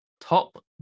Top